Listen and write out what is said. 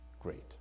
great